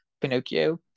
Pinocchio